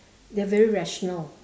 they're very rational